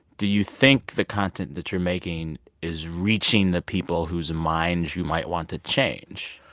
do you think the content that you're making is reaching the people whose minds you might want to change?